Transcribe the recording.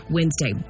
Wednesday